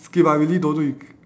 skip I really don't know you c~